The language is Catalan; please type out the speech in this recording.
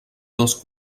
les